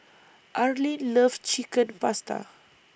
Arlene loves Chicken Pasta